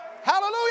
Hallelujah